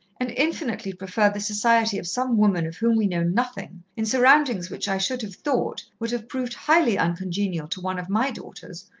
and infinitely prefer the society of some woman of whom we know nothing, in surroundings which i should have thought would have proved highly uncongenial to one of my daughters,